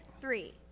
three